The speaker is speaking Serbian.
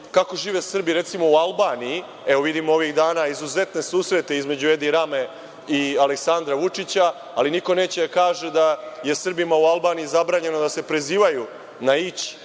Kako žive Srbi recimo u Albaniji? Vidimo ovih dana izuzetne susrete između Edija Rame i Aleksandra Vučića, ali niko neće da kaže da je Srbima u Albaniji zabranjeno da se prezivaju na –